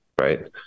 Right